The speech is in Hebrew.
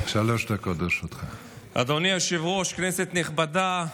אדוני היושב-ראש, כנסת נכבדה,